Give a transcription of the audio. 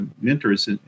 mentors